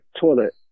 toilet